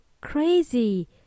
crazy